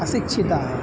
अशिक्षितम्